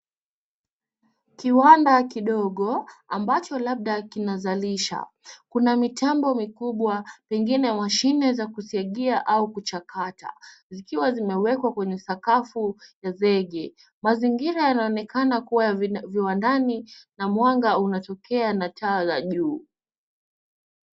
Kiwanda kidogo, ambacho labda kinazalisha. Kuna mitambo mikubwa, pengine washinde za kusaiga au kuchakata, zikiwa zimewekwa kwenye sakafu ya zege. Mazingira yanaonekana kuwa viwandani na mwanga unatokea na taa juu.